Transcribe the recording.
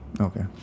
okay